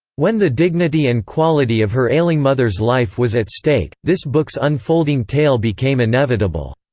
when the dignity and quality of her ailing mother's life was at stake, this book's unfolding tale became inevitable.